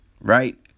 right